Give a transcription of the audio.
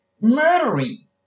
murdering